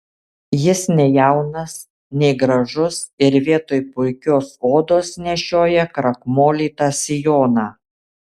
jis nei jaunas nei gražus ir vietoj puikios odos nešioja krakmolytą sijoną